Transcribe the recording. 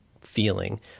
feeling